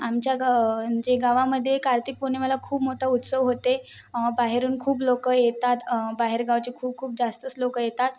आमच्या ग जे गावामध्ये कार्तिक पौर्णिमेला खूप मोठा उत्सव होते बाहेरून खूप लोकं येतात बाहेरगावचे खूप खूप जास्तच लोकं येतात